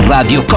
Radio